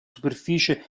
superficie